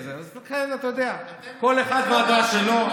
לכן, אתה יודע, כל אחד והדעה שלו.